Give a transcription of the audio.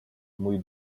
mój